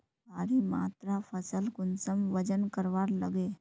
भारी मात्रा फसल कुंसम वजन करवार लगे?